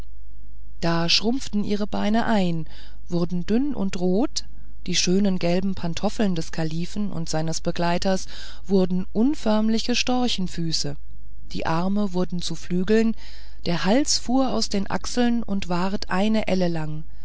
da schrumpften ihre beine ein und wurden dünn und rot die schönen gelben pantoffel des kalifen und seines begleiters wurden unförmliche storchfüße die arme wurden zu flügeln der hals fuhr aus den achseln und ward eine elle lang